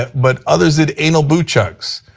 but others did anal boot chugs.